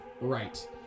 Right